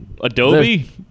Adobe